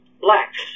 blacks